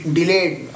delayed